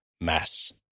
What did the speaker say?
mass